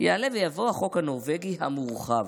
יעלה ויבוא החוק הנורבגי המורחב.